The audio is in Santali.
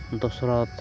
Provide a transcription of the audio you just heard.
ᱫᱚᱥᱚᱨᱚᱛᱷ